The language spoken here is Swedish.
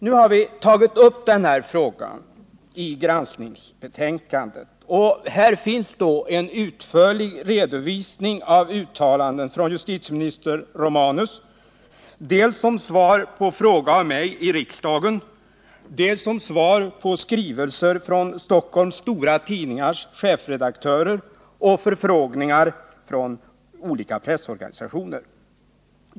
Vi har tagit upp denna fråga i granskningsbetänkandet, och här finns en utförlig redovisning av uttalanden från justitieminister Romanus, dels som svar på fråga av mig i riksdagen, dels som svar på skrivelser från Stockholms stora tidningars chefredaktörer och förfrågningar från olika pressorganisationer.